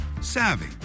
savvy